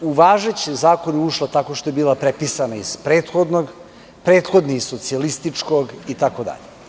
U važeći zakon je ušla tako što je bila prepisana iz prethodnog, prethodni iz socijalističkog, itd.